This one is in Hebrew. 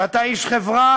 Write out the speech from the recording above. ואתה איש חברה,